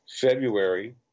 February